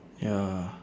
ya